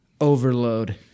overload